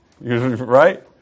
Right